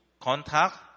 contact